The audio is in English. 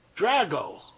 Drago